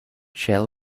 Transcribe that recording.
shall